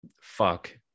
fuck